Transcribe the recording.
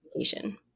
education